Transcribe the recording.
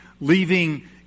leaving